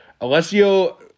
Alessio